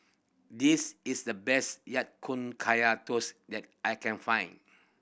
this is the best Ya Kun Kaya Toast that I can find